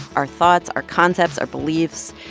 our thoughts, our concepts, our beliefs.